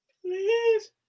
Please